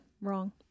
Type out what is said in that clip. wrong